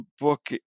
book